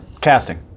casting